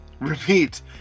Repeat